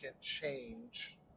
change